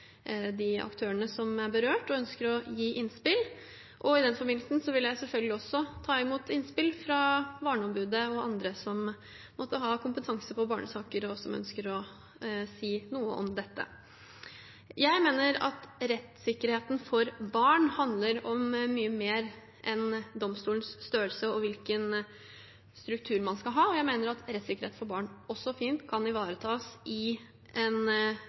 de aktørene som er berørt, og som ønsker å gi innspill. I den forbindelse vil jeg selvfølgelig også ta imot innspill fra Barneombudet og andre som måtte ha kompetanse på barnesaker, og som ønsker å si noe om dette. Jeg mener at rettssikkerheten for barn handler om mye mer enn domstolens størrelse og hvilken struktur man skal ha, og jeg mener også at rettssikkerhet for barn fint kan ivaretas på en god måte i en